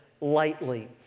lightly